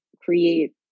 create